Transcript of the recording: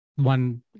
one